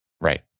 Right